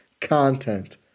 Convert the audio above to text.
content